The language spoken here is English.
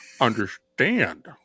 understand